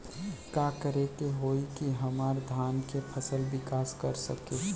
का करे होई की हमार धान के फसल विकास कर सके?